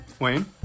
Wayne